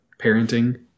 parenting